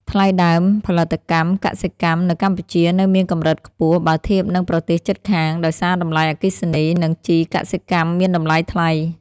ថ្លៃដើមផលិតកម្មកសិកម្មនៅកម្ពុជានៅមានកម្រិតខ្ពស់ បើធៀបនឹងប្រទេសជិតខាង ដោយសារតម្លៃអគ្គិសនី និងជីកសិកម្មមានតម្លៃថ្លៃ។